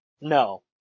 no